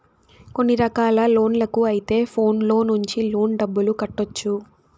కొన్ని రకాల లోన్లకు అయితే ఫోన్లో నుంచి లోన్ డబ్బులు కట్టొచ్చు